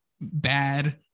bad